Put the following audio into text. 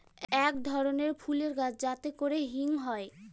এক ধরনের ফুলের গাছ যাতে করে হিং হয়